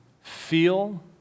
feel